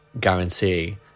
guarantee